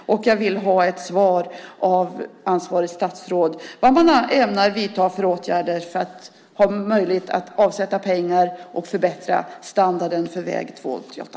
Jag vill ha ett svar av ansvarigt statsråd om vad man ämnar vidta för åtgärder för att få möjlighet att avsätta pengar och förbättra standarden på väg 288.